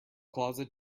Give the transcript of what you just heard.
closet